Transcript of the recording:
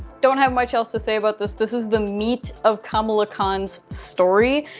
don't have much else to say about this. this is the meat of kamala khan's story,